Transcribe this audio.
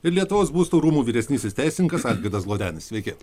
ir lietuvos būsto rūmų vyresnysis teisininkas algirdas glodenis sveiki